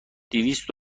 دویست